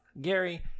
Gary